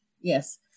Yes